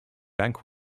bank